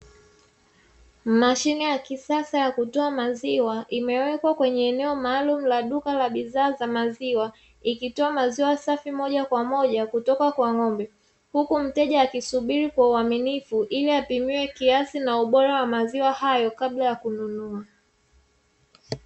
Mashine ya kisasa ya kutoa maziwa imewekwa kwenye eneo maalumu la duka la bidhaa za maziwa, ikitoa maziwa safi moja kwa moja kutoka kwa ng'ombe, huku mteja akisubiri kwa uaminifu ili apimiwe kiasi na ubora wa maziwa hayo kabla ya kununua.